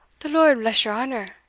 the lord bless your honour,